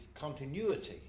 continuity